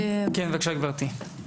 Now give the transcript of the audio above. בבקשה, גברתי.